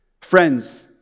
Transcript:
Friends